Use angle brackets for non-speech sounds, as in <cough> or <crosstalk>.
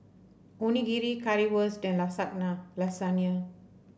Onigiri Currywurst and <unintelligible> Lasagna